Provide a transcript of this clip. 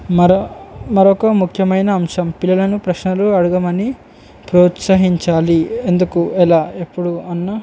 మర మరొక ముఖ్యమైన అంశం పిల్లలను ప్రశ్నలు అడుగమని ప్రోత్సహించాలి ఎందుకు ఎలా ఎప్పుడు అన్న